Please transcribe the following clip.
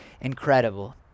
incredible